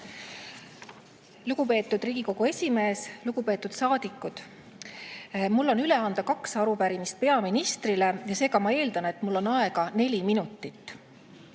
Lugupeetud Riigikogu esimees! Lugupeetud saadikud! Mul on üle anda kaks arupärimist peaministrile ja seega ma eeldan, et mul on aega neli minutit.